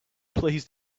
please